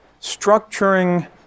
structuring